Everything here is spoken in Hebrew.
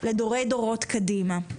לדורי דורות קדימה.